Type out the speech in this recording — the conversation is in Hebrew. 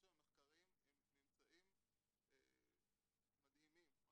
יש היום מחקרים עם ממצאים מדהימים על